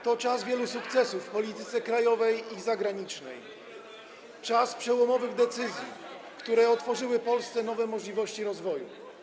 To czas wielu sukcesów w polityce krajowej i zagranicznej, czas przełomowych decyzji, które otworzyły Polsce nowe możliwości rozwoju.